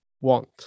want